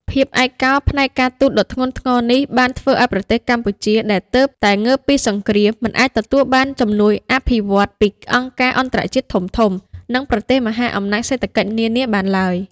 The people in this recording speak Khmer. ភាពឯកោផ្នែកការទូតដ៏ធ្ងន់ធ្ងរនេះ បានធ្វើឱ្យប្រទេសកម្ពុជាដែលទើបតែងើបពីសង្គ្រាម មិនអាចទទួលបានជំនួយអភិវឌ្ឍន៍ពីអង្គការអន្តរជាតិធំៗ និងប្រទេសមហាអំណាចសេដ្ឋកិច្ចនានាបានឡើយ។